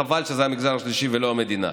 וחבל שזה המגזר השלישי ולא המדינה.